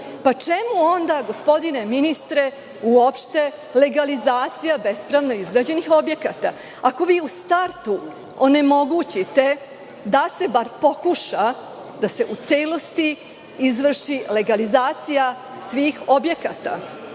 Čemu onda, gospodine ministre, uopšte legalizacija bespravno izgrađenih objekata, ako vi u startu onemogućite da se bar pokuša da se u celosti izvrši legalizacija svih objekata? Vi